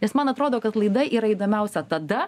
nes man atrodo kad laida yra įdomiausia tada